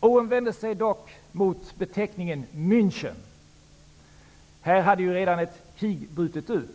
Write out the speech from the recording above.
David Owen vände sig dock mot beteckningen München. I Jugoslavien hade ju redan ett krig brutit ut.